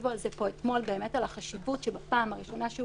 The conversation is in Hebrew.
הרחיבו על זה פה אתמול על החשיבות שבפעם הראשונה שהוא